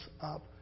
up